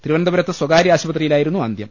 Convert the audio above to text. തിരുവനന്തപുരത്ത് സ്വകാര്യ ആശുപത്രിയിലായിരുന്നു അന്ത്യം